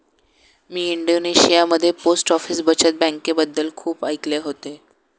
मी इंडोनेशियामध्ये post office बचत बँकेबद्दल खूप ऐकले होते